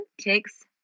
takes